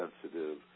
sensitive